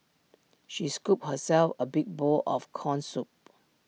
she scooped herself A big bowl of Corn Soup